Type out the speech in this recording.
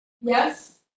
yes